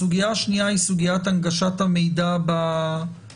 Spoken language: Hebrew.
הסוגיה השנייה היא סוגיית הנגשת המידע באתרים,